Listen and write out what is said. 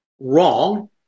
wrong